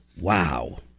Wow